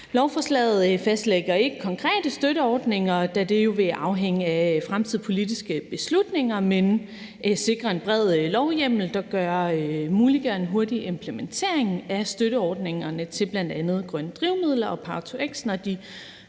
Lovforslaget fastlægger ikke konkrete støtteordninger, da det jo vil afhænge af fremtidige politiske beslutninger, men sikrer en bred lovhjemmel, der muliggør en hurtig implementering af støtteordningerne til bl.a. grønne drivmidler og power-to-x, når de